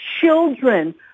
children